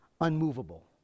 unmovable